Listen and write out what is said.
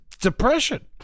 depression